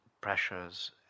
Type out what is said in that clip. pressures